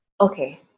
okay